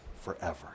forever